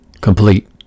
complete